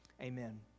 Amen